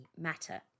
Matter